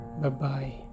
bye-bye